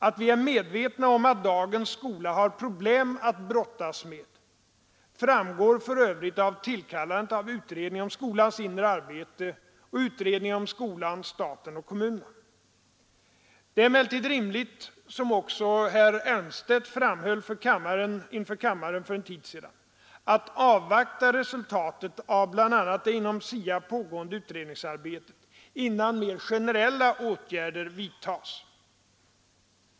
Att vi är medvetna om att dagens skola har problem att brottas med framgår för övrigt av tillkallandet av utredningen om skolans inre arbete och utredningen om skolan, staten och kommunerna. Det är emellertid rimligt — som också herr Elmstedt framhöll inför kammaren för en tid sedan — att avvakta resultatet av bl.a. det inom SIA pågående utredningsarbetet innan mer generella åtgärder aktualiseras.